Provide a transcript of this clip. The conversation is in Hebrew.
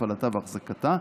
הפעלתה ואחזקתה.